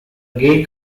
gay